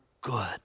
good